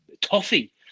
toffee